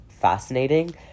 fascinating